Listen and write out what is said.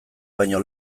baino